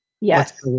Yes